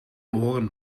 behoren